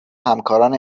همکاران